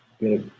get